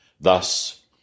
Thus